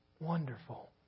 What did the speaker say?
Wonderful